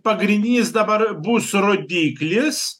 pagrindinis dabar bus rodiklis